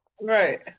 Right